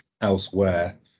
elsewhere